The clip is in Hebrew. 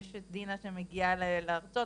יש את דינה שמגיעה להרצות,